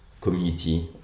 community